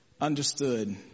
understood